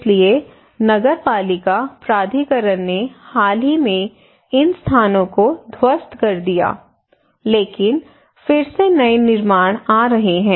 इसलिए नगरपालिका प्राधिकरण ने हाल ही में इन स्थानों को ध्वस्त कर दिया लेकिन फिर से नए निर्माण आ रहे हैं